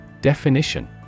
Definition